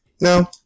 No